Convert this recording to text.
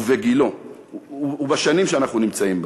ובגילו ובשנים שאנחנו נמצאים בהן: